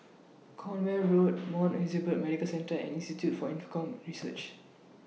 Cornwall Road Mount Elizabeth Medical Centre and Institute For Infocomm Research